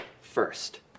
first